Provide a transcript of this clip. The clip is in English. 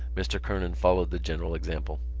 mr. kernan followed the general example.